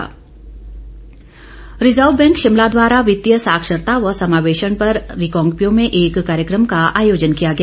साक्षरता कार्यक्रम reserve bank Shimla द्वारा वित्तीय साक्षरता व समावेशन पर रिकांगपिओ में एक कार्यक्रम का आयोजन किया गया